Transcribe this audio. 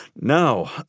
No